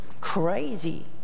crazy